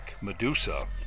Medusa